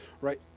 right